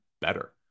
better